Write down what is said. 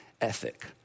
ethic